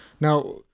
now